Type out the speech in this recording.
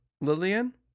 Lillian